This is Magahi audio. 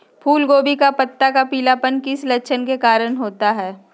फूलगोभी का पत्ता का पीलापन किस लक्षण के कारण होता है?